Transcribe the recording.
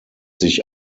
sich